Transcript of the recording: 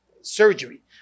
surgery